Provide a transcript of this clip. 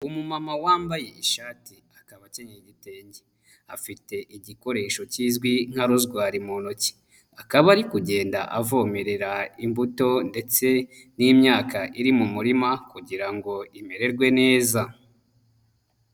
Umumama wambaye ishati akaba acyenyeye igitenge. Afite igikoresho kizwi nka rozwari mu ntoki. Akaba ari kugenda avomerera imbuto ndetse n'imyaka iri mu murima kugira ngo imererwe neza.